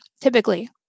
Typically